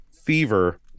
fever